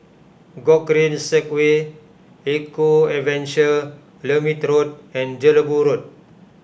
Gogreen Segway Eco Adventure Lermit Road and Jelebu Road